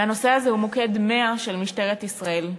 והנושא הזה הוא מוקד 100 של משטרת ישראל,